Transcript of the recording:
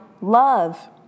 love